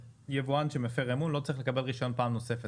שיבואן שמפר אמון לא צריך לקבל רישיון פעם נוספת,